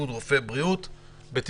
רופאי בריאות הציבור, בבקשה.